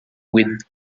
with